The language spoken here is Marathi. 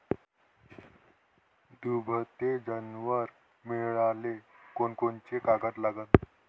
दुभते जनावरं मिळाले कोनकोनचे कागद लागन?